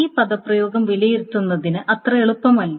ഈ പദപ്രയോഗം വിലയിരുത്തുന്നത് അത്ര എളുപ്പമല്ല